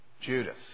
Judas